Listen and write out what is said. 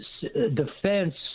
defense